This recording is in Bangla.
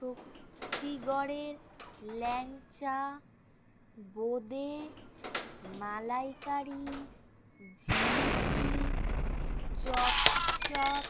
শক্তিগড়ের ল্যাংচা বোদে মালাইকারি জিলিপি চমচম